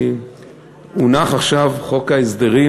הונח עכשיו חוק ההסדרים,